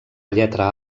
lletra